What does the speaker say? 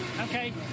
Okay